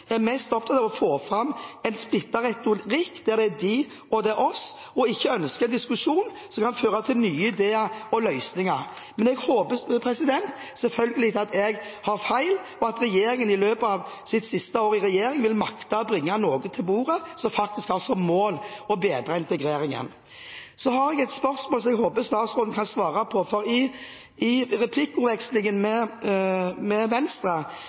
er mest opptatt av å få fram en splittende retorikk der det er dem og oss, og ikke ønsker diskusjon som kan føre til nye ideer og løsninger. Men jeg håper selvfølgelig at jeg tar feil, og at regjeringen i løpet av sitt siste år i regjering vil makte å bringe noe til bordet som faktisk har som mål å bedre integreringen. Så har jeg et spørsmål jeg håper statsråden kan svare på. I replikkordvekslingen med Venstre ble i alle fall jeg i tvil om svaret vedørende det løse forslaget til Venstre